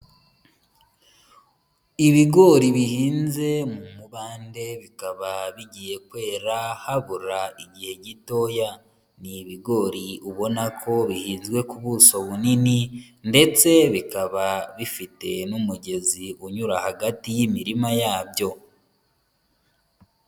Ibigori bihinze mu mubande bikaba bigiye kwera habura igihe gitoya, n'ibigori ubona ko bihinzwe ku buso bunini ndetse bikaba bifite n'umugezi unyura hagati y'imirima yabyo.